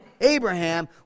Abraham